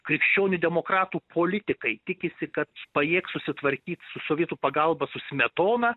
krikščionių demokratų politikai tikisi kad pajėgs susitvarkyti su sovietų pagalba su smetona